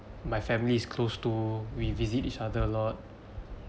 my family's close to we visit each other a lot